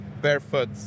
barefoot